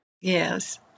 Yes